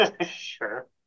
Sure